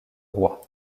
roi